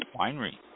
Winery